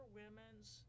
women's